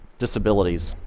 disabilities.